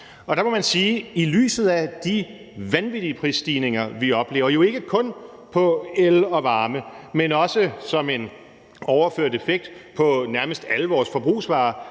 i lyset af de vanvittige prisstigninger, vi oplever – og ikke kun på el og varme, men også som en overført effekt på nærmest alle vores forbrugsvarer